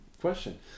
question